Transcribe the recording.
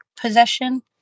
possession